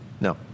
No